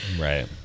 Right